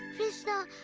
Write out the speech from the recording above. krishna,